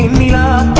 nila